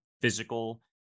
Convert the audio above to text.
physical